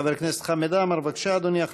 חבר הכנסת חמד עמאר, בבקשה, אדוני.